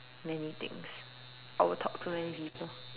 many things I would talk to many people